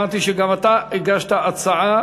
הבנתי שגם אתה הגשת הצעה